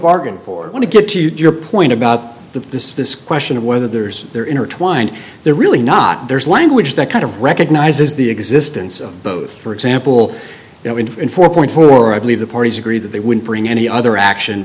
bargain for want to get to your point about the this this question of whether there's they're intertwined they're really not there's language that kind of recognizes the existence of both for example in four point four i believe the parties agreed that they would bring any other action